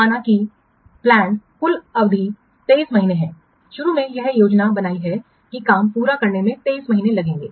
माना कि नियोजित कुल अवधि 23 महीने है शुरू में यह योजना बनाई है कि काम पूरा करने में 23 महीने लगेंगे